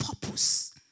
purpose